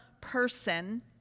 person